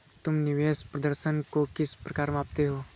तुम निवेश प्रदर्शन को किस प्रकार मापते हो?